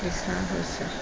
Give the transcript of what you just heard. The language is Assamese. লিখা হৈছে